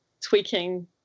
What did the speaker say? tweaking